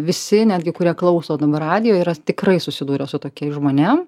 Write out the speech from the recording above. visi netgi kurie klauso dabar radijo yra tikrai susidūrę su tokiais žmonėm